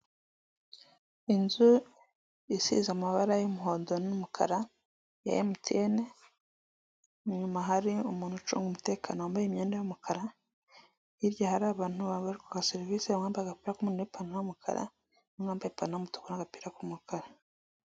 Inzu isize amabara y'umuhondo n'umukara ya Emutiyene, inyuma hari umuntu ucunga umutekano wambaye imyenda y'umukara, hirya hari abantu bari kwaka serivisi; hari uwambaye agapira k'umuhondo n'ipantaro y' umukara, n'uwambaye ipantaro y'umutuku n'agapira k'umukara.